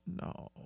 No